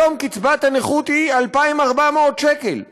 היום קצבת הנכות היא 2,400 שקל.